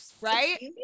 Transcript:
right